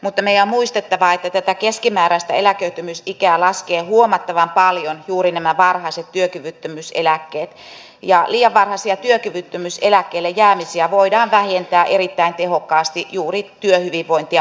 mutta meidän on muistettava että tätä keskimääräistä eläköitymisikää laskevat huomattavan paljon juuri nämä varhaiset työkyvyttömyyseläkkeet ja liian varhaisia työkyvyttömyyseläkkeelle jäämisiä voidaan vähentää erittäin tehokkaasti juuri työhyvinvointia parantamalla